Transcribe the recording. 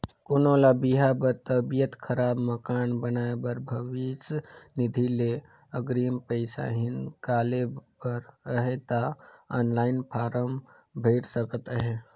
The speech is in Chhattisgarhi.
कोनो ल बिहा बर, तबियत खराब, मकान बनाए बर भविस निधि ले अगरिम पइसा हिंकाले बर अहे ता ऑनलाईन फारम भइर सकत अहे